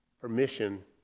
permission